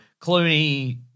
Clooney